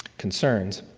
concerns.